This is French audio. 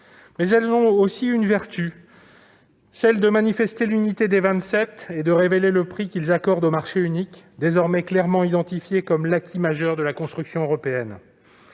mais elles ont également eu une vertu : celle de manifester l'unité des Vingt-Sept et de révéler le prix qu'ils accordent au marché unique, désormais clairement identifié comme l'acquis majeur de la construction européenne.